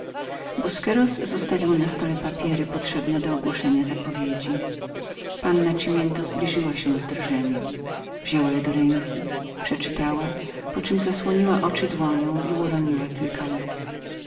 busqueros zostawił był na stole papiery potrzebne do ogłoszenia zapowiedzi panna cimiento zbliżyła się drżąc wzięła przeczytała poczem zasłoniła oczy dłonią i uroniła kilka